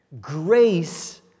grace